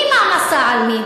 מי מעמסה על מי?